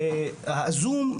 הזום,